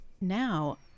now